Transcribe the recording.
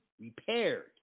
repaired